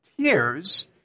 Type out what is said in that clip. tears